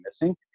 missing